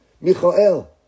Michael